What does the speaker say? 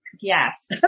Yes